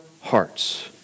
hearts